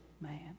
man